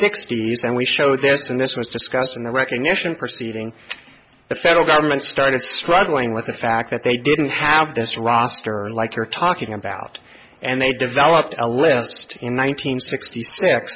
sixty's and we showed this and this was discussed in the recognition proceeding the federal government started struggling with the fact that they didn't have this roster like you're talking about and they developed a list in one nine hundred sixty six